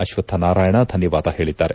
ಅಶ್ವಕ್ಥನಾರಾಯಣ ಧನ್ಯವಾದ ಹೇಳಿದ್ದಾರೆ